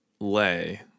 lay